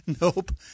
Nope